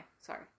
sorry